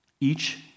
each